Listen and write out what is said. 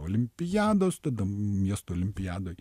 olimpiados tada miesto olimpiadoj